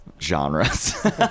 genres